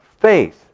faith